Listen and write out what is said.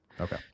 Okay